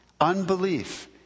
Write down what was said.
unbelief